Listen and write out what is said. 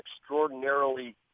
extraordinarily